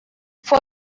fue